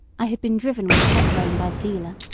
i had been driven with a check-rein by the dealer,